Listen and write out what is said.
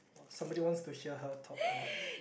somebody wants to hear her talk a lot